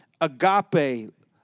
agape